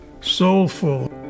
soulful